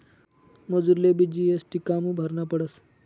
मजुरलेबी जी.एस.टी कामु भरना पडस?